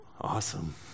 awesome